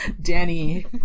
danny